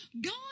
God